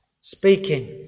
speaking